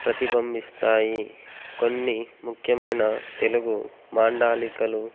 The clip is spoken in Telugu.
ప్రతిబింబిస్తాయి కొన్ని ముఖ్యమైన తెలుగు మాండలికాలు